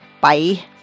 Bye